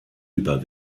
über